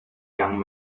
young